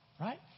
right